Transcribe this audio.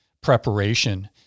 preparation